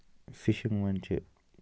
fishing منٛز چھِ